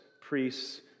priests